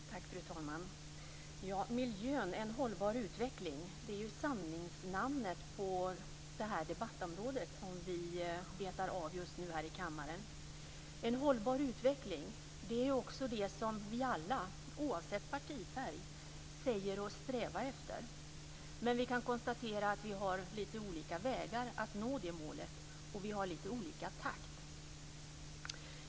Fru talman! "Miljön - en hållbar utveckling" är samlingsnamnet på det debattområde som vi betar av just nu här i kammaren. En hållbar utveckling är också det som vi alla, oavsett partifärg, säger oss sträva efter. Men vi kan konstatera att vi har lite olika vägar att nå det målet, och vi har lite olika takt.